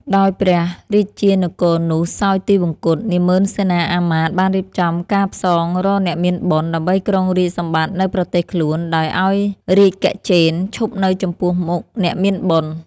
ដោយព្រះរាជានគរនោះសោយទិវង្គត នាម៉ឺនសេនាមាត្យបានរៀបចំការផ្សងរកអ្នកមានបុណ្យ ដើម្បីគ្រងរាជ្យសម្បត្តិនៅប្រទេសខ្លួនដោយឱ្យរាជគជេន្ទ្រឈប់នៅចំពោះមុខអ្នកមានបុណ្យ។